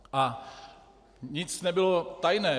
A nic nebylo tajné.